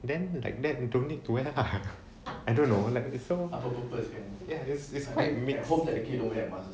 then like that don't need to wear lah I don't know lah it's so ya it's it's quite mix